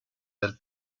del